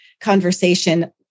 conversation